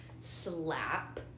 slap